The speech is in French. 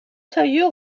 tailleur